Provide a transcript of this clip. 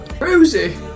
Rosie